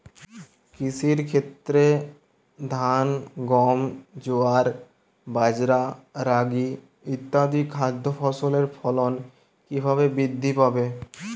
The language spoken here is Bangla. কৃষির ক্ষেত্রে ধান গম জোয়ার বাজরা রাগি ইত্যাদি খাদ্য ফসলের ফলন কীভাবে বৃদ্ধি পাবে?